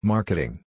Marketing